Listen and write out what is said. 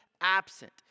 absent